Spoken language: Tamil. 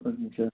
ஓகேங்க சார்